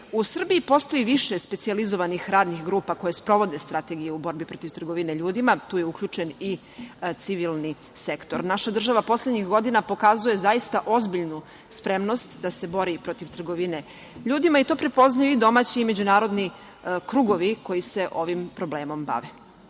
Srbiji postoji više specijalizovanih radnih grupa koje sprovode strategiju u borbi protiv trgovine ljudima. Tu je uključen i civilni sektor. Naša država poslednjih godina pokazuje zaista ozbiljnu spremnost da se bori protiv trgovine ljudima i to prepoznaju domaći i međunarodni krugovi koji se ovim problemom bave.